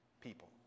people